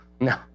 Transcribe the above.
No